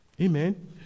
Amen